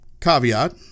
caveat